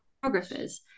photographers